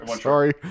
Sorry